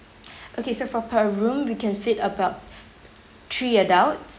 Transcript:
okay so for per room we can fit about three adults